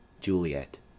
Juliet